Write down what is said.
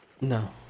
No